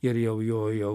ir jau jo jau